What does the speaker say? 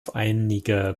einige